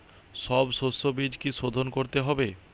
সব শষ্যবীজ কি সোধন করতে হবে?